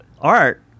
art